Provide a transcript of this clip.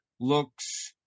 looks